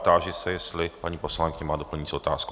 Táži se, jestli paní poslankyně má doplňující otázku.